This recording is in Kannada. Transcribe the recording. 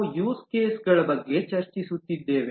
ನಾವು ಯೂಸ್ ಕೇಸ್ಗಳುಗಳ ಬಗ್ಗೆ ಚರ್ಚಿಸುತ್ತಿದ್ದೇವೆ